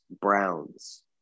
Browns